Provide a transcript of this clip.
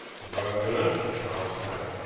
you are observant, quarles remarked.